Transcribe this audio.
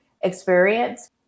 experience